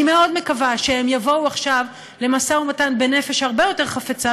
אני מאוד מקווה שהם יבואו עכשיו למשא ומתן בנפש הרבה יותר חפצה,